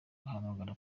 bahamagara